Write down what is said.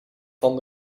van